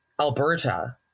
Alberta